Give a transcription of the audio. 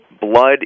blood